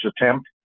attempt